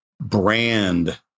brand